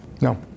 No